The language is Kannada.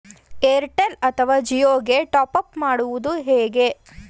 ಏರ್ಟೆಲ್ ಅಥವಾ ಜಿಯೊ ಗೆ ಟಾಪ್ಅಪ್ ಮಾಡುವುದು ಹೇಗೆ?